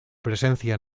presencia